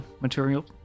material